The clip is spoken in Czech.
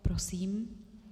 Prosím.